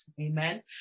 Amen